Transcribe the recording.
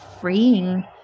freeing